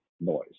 noise